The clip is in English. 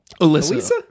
Alyssa